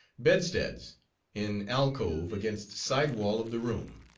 bedsteads in alcove, against side wall of the room,